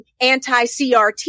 anti-CRT